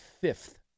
fifth